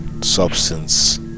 substance